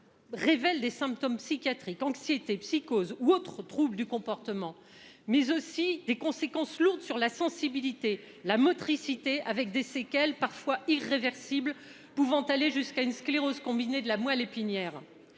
Révèle des symptômes psychiatriques anxiété psychose ou autre trouble du comportement. Mais aussi des conséquences lourdes sur la sensibilité la motricité avec des séquelles parfois irréversibles. Pouvant aller jusqu'à une sclérose combinée de la moelle épinière.